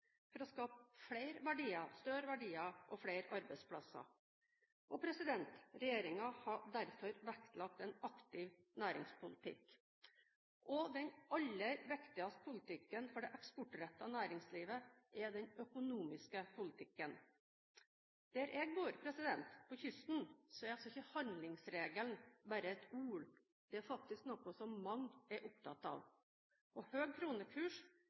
for å skape større verdier og flere arbeidsplasser. Regjeringen har derfor vektlagt en aktiv næringspolitikk. Den aller viktigste politikken for det eksportrettede næringslivet er den økonomiske politikken. Der jeg bor, på kysten, er ikke handlingsregelen bare et ord, den er noe som mange er opptatt av. Og høy kronekurs